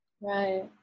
right